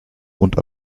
und